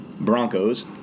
Broncos